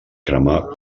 cremar